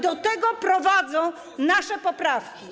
Do tego prowadzą nasze poprawki.